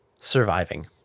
surviving